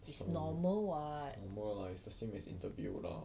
it's normal lah it's the same as interview lah